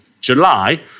July